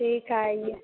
ठीक है आइए